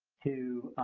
to